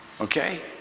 okay